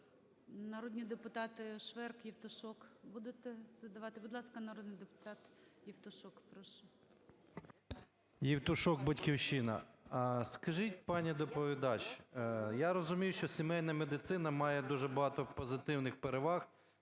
Народні депутати Шверк, Євтушок. Будете задавати? Будь ласка, народний депутат Євтушок. Прошу. 13:09:41 ЄВТУШОК С.М. Євтушок, "Батьківщина". Скажіть, пані доповідач, я розумію, що сімейна медицина має дуже багато позитивних переваг.